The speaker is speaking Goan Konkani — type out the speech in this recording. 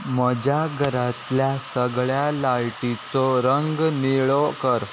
म्हज्या घरांतल्या सगळ्या लायटींचो रंग निळो कर